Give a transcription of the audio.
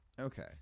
Okay